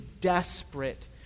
desperate